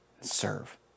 Serve